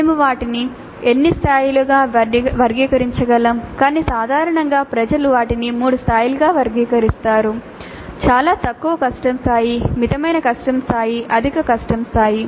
మేము వాటిని ఎన్ని స్థాయిలుగా వర్గీకరించగలము కాని సాధారణంగా ప్రజలు వాటిని 3 స్థాయిలుగా వర్గీకరిస్తారు చాలా తక్కువ కష్టం స్థాయి మితమైన కష్టం స్థాయి అధిక కష్టం స్థాయి